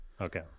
Okay